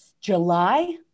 July